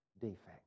defect